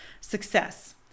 success